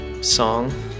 song